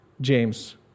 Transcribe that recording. James